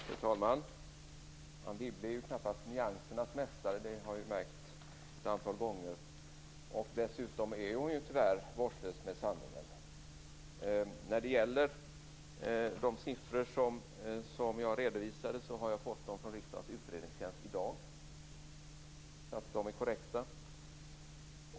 Fru talman! Anne Wibble är knappast nyansernas mästare. Det har vi märkt ett antal gånger. Dessutom är hon tyvärr vårdslös med sanningen. De siffror som jag redovisade har jag fått från riksdagens utredningstjänst i dag. De är alltså korrekta.